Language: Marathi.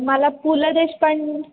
मला पु ल देशपान